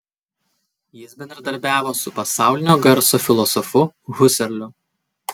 jis bendradarbiavo su pasaulinio garso filosofu huserliu